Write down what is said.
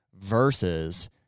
versus